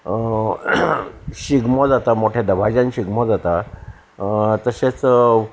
शिगमो जाता मोठ्या दबाज्यान शिगमो जाता तशेंच